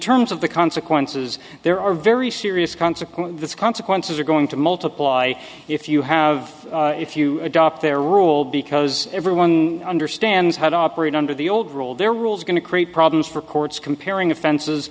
terms of the consequences there are very serious consequences the consequences are going to multiply if you have if you adopt their rule because everyone understands how to operate under the old rule their rules going to create problems for courts comparing offenses